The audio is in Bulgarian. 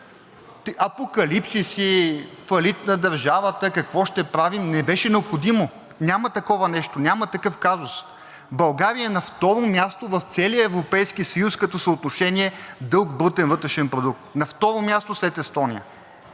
апокалипсиси, фалит на държавата и какво ще правим – не беше необходимо, няма такова нещо, няма такъв казус. България е на второ място в целия Европейски съюз като съотношение дълг – брутен вътрешен продукт след Естония,